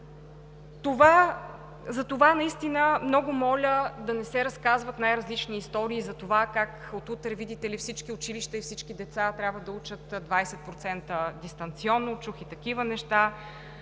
Затова много моля да не се разказват най-различни истории за това как от утре, видите ли, всички училища и всички деца трябва да учат 20% дистанционно. Чух и такива неща,